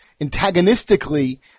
antagonistically